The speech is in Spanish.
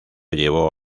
llevó